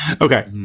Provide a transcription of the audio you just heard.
okay